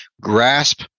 grasp